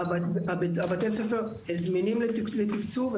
בתי הספר זמינים לתקצוב,